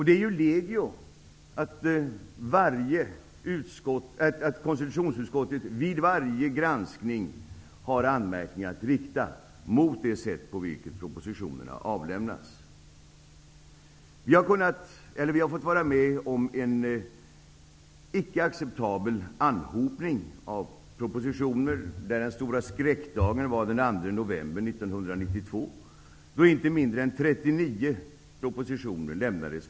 Det är ju legio att konstitutionsutskottet vid varje granskning har anmärkningar att rikta mot det sätt på vilket propositionerna avlämnas. Vi har fått vara med om en icke acceptabel anhopning av propositioner, där den stora skräckdagen var den 2 november 1992, då inte mindre än 39 propositioner avlämnades.